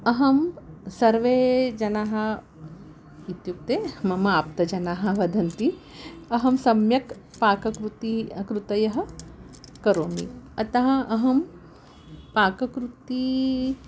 अहं सर्वे जनाः इत्युक्ते मम आप्तजनाः वदन्ति अहं सम्यक् पाककृतिं कृतयः करोमि अतः अहं पाककृतिः